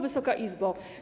Wysoka Izbo!